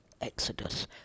exodus